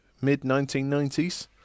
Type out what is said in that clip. mid-1990s